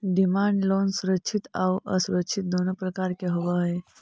demand loan सुरक्षित आउ असुरक्षित दुनों प्रकार के होवऽ हइ